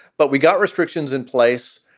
but we got restrictions in place.